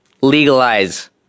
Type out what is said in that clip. legalize